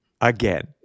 again